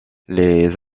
les